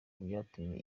byatumye